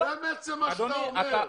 זה לא מה שאני אומר.